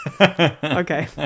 okay